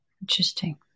Interesting